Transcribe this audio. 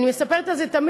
אני מספרת על זה תמיד,